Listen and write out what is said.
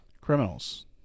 Criminals